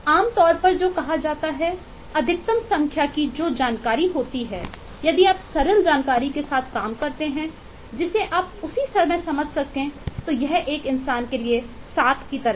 आमतौर पर जो कहा जाता है अधिकतम संख्या कि जो जानकारी होती है यदि आप सरल जानकारी के साथ काम करते हैं जिसे आपउसी समय समझ सके तो यह एक इंसान के लिए 7 की तरह है